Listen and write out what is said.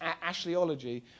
Ashleyology